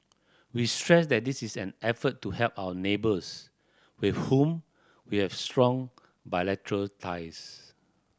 we stress that this is an effort to help our neighbours with whom we have strong bilateral ties